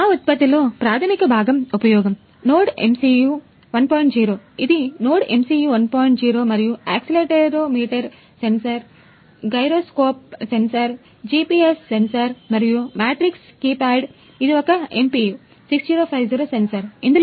మా ఉత్పత్తిలో ప్రాథమిక భాగం ఉపయోగం నోడ్ఎంసియు 1